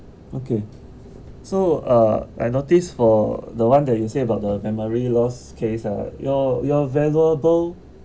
okay so uh I noticed for the one that you say about the memory loss case ah your your valuable